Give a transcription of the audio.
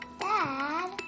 Dad